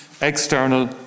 external